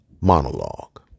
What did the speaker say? monologue